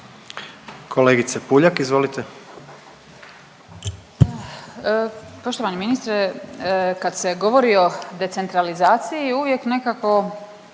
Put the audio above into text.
Marijana (Centar)** Poštovani ministre kad se govori o decentralizaciji uvijek nekako